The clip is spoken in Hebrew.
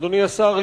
אדוני השר,